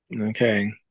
Okay